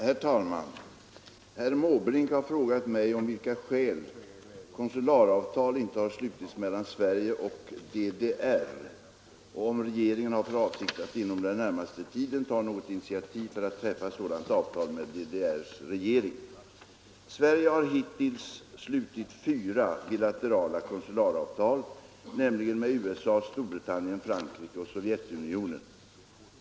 Herr talman! Herr Måbrink har frågat mig av vilka skäl konsularavtal inte har slutits mellan Sverige och DDR och om regeringen har för avsikt att inom den närmaste tiden ta något initiativ för att träffa sådant avtal med DDR:s regering. Sverige har hittills slutit fyra bilaterala konsularavtal, nämligen med USA, Storbritannien, Frankrike och Sovjetunionen.